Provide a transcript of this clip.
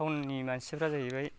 town नि मानसिफ्रा जाहैबाय